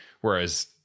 whereas